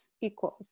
equals